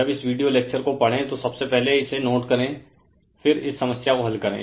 जब इस video lecture को पढ़े तो सबसे पहले इसे नोट करे फिर इस समस्या को हल करे